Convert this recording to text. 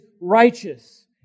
righteous